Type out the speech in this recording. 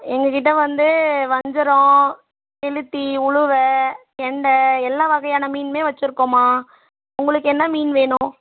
எங்கக்கிட்டே வந்து வஞ்சிரம் கெளுத்தி உளுவை கெண்டை எல்லா வகையான மீனும் வைச்சிருக்கோம்மா உங்களுக்கு என்ன மீன் வேணும்